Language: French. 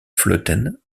vleuten